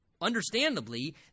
understandably